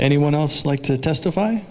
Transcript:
anyone else like to testify